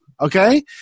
Okay